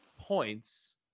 points